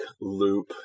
loop